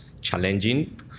challenging